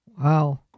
Wow